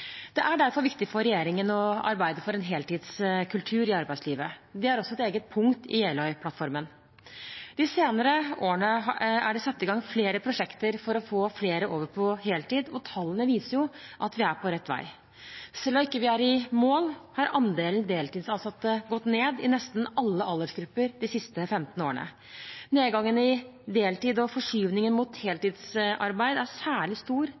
Det er derfor viktig for regjeringen å arbeide for en heltidskultur i arbeidslivet. Det er også et eget punkt i Jeløya-plattformen. De senere årene er det satt i gang flere prosjekter for å få flere over på heltid, og tallene viser at vi er på rett vei. Selv om vi ikke er i mål, har andelen deltidsansatte gått ned i nesten alle aldersgrupper de siste 15 årene. Nedgangen i deltid og forskyvningen mot heltidsarbeid er særlig stor